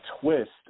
twist